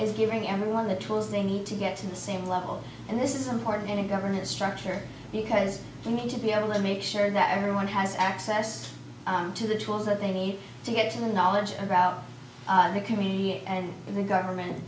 is giving everyone the tools they need to get to the same level and this is important in a governance structure because we need to be able and make sure that everyone has access to the tools that they need to get the knowledge about the community and the government